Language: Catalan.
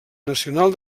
nacional